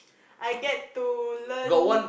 I get to learn